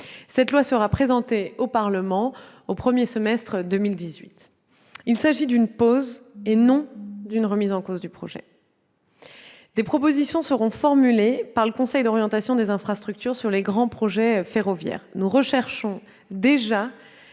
Cette loi sera présentée au Parlement au premier semestre de 2018. Il s'agit d'une pause, et non d'une remise en cause du projet. Des propositions seront formulées par le Conseil d'orientation des infrastructures sur les grands projets ferroviaires. Nous recherchons déjà